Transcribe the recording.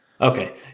Okay